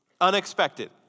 Unexpected